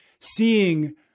seeing